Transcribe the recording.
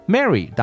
Mary